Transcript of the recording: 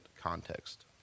context